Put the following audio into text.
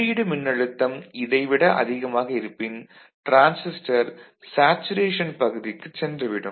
உள்ளீடு மின்னழுத்தம் இதை விட அதிகமாக இருப்பின் டிரான்சிஸ்டர் சேச்சுரேஷன் பகுதிக்குச் சென்றுவிடும்